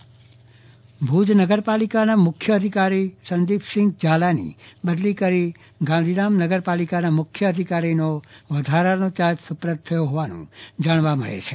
ચંદ્રવદન પટ્ટણી મુખ્ય અધિકારી ભુજ નગરપાલિકાના મુખ્ય અધિકારી સંદીપસિંહ ઝાલાની બદલી કરી ગાંધીધામ નગરપાલિકાના મુખ્ય અધિકારીનો વધારાનો ચાર્જ સુપ્રત થયો હોવાનું જાણવા મળે છે